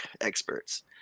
experts